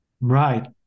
Right